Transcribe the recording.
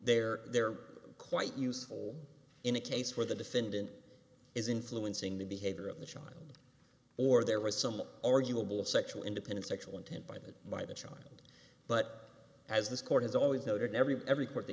they're they're quite useful in a case where the defendant is influencing the behavior of the child or there was some arguable sexual independence sexual intent by the by the children but as this court has always noted every every court th